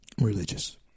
religious